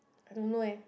I don't know leh